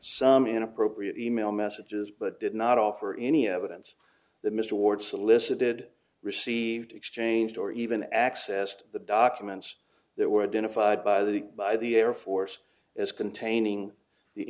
some inappropriate e mail messages but did not offer any evidence that mr ward solicited received exchanged or even accessed the documents that were identified by the by the air force as containing the